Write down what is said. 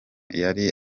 yari